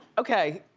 okay.